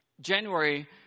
January